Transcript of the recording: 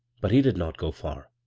but he did not go far.